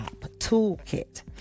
Toolkit